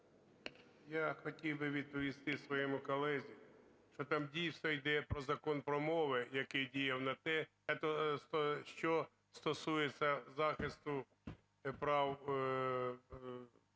Я хотів би відповісти своєму колезі, що там, дійсно, йде про Закон про мови, який діяв на те… це що стосується захисту прав відносно